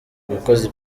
umukozi